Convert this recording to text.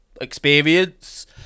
experience